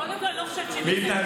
קודם כול, אני לא חושבת שהוא מתנגד.